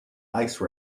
ice